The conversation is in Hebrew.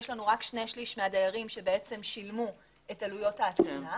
יש לנו רק שני שליש מהדיירים ששילמו את עלויות ההתקנה,